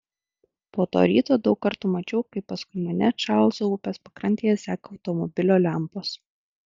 po to ryto daug kartų mačiau kaip paskui mane čarlzo upės pakrantėje seka automobilio lempos